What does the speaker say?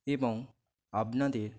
এবং আপনাদের